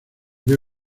vio